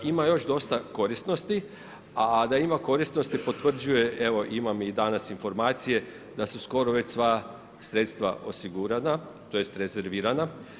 Ima još dosta korisnosti a da ima korisnosti potvrđuje evo imam i danas informacije da su skoro već sva sredstva osigurana, tj. rezervirana.